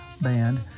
Band